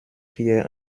hier